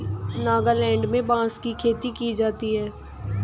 नागालैंड में बांस की खेती की जाती है